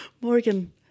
Morgan